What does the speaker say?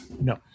no